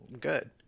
good